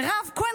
מירב כהן,